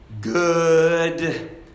good